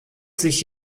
sich